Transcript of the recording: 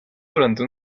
durante